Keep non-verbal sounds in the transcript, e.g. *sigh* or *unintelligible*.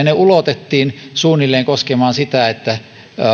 *unintelligible* ne ulotettiin suunnilleen koskemaan sitä että